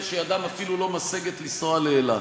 אלה שידן אפילו לא משגת לנסוע לאילת,